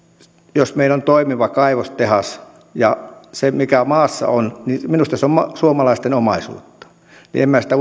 jos meillä on toimiva kaivostehdas ja se mikä maassa on minusta se on suomalaisten omaisuutta niin että en minä sitä